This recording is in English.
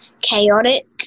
chaotic